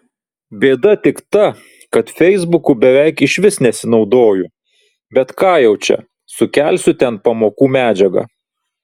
bėda tik ta kad feisbuku beveik išvis nesinaudoju bet ką jau čia sukelsiu ten pamokų medžiagą